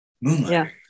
Moonlight